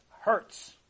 hurts